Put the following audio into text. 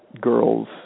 girls